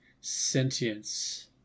sentience